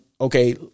okay